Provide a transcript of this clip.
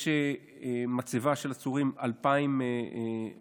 יש מצבה של עצורים: 2,500